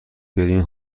برین